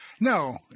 No